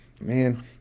Man